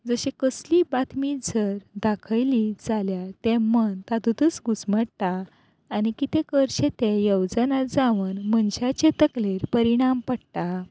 जशी कसलीय बातमी जर दाखयली जाल्यार तें मन तातूंतच घुसमट्टा आनी कितें करचें तें येवजना जावन मनशाचे तकलेर परिणाम पडटा